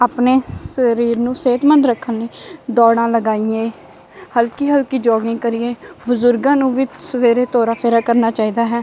ਆਪਣੇ ਸਰੀਰ ਨੂੰ ਸਿਹਤਮੰਦ ਰੱਖਣ ਲਈ ਦੌੜਾਂ ਲਗਾਈਏ ਹਲਕੀ ਹਲਕੀ ਜੋਗਿੰਗ ਕਰੀਏ ਬਜ਼ੁਰਗਾਂ ਨੂੰ ਵੀ ਸਵੇਰੇ ਤੋਰਾ ਫੇਰਾ ਕਰਨਾ ਚਾਹੀਦਾ ਹੈ